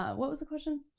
ah what was the question?